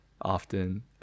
often